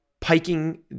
piking